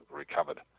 recovered